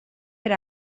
per